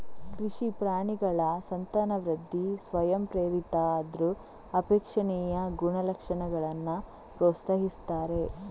ಕೃಷಿ ಪ್ರಾಣಿಗಳ ಸಂತಾನವೃದ್ಧಿ ಸ್ವಯಂಪ್ರೇರಿತ ಆದ್ರೂ ಅಪೇಕ್ಷಣೀಯ ಗುಣಲಕ್ಷಣಗಳನ್ನ ಪ್ರೋತ್ಸಾಹಿಸ್ತಾರೆ